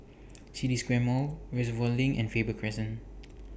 City Square Mall Reservoir LINK and Faber Crescent